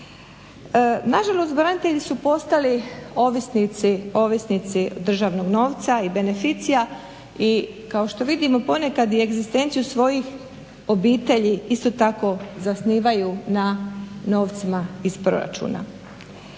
Nažalost, branitelji su postali ovisnici državnog novca i beneficija, i kao što vidimo ponekad i egzistenciju svojih obitelji isto tako zasnivaju na novcima iz proračuna.